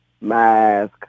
mask